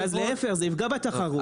ואז להיפך זה יפגע בתחרות.